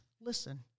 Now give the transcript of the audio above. Listen